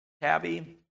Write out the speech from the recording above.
Tabby